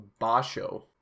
Basho